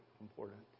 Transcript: important